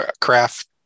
craft